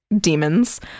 demons